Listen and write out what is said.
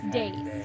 days